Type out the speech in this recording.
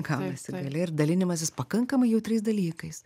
gaunasi gale ir dalinimasis pakankamai jautriais dalykais